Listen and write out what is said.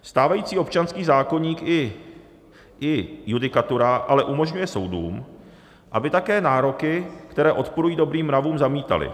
Stávající občanský zákoník i judikatura ale umožňuje soudům, aby také nároky, které odporují dobrým mravům, zamítaly.